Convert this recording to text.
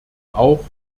auch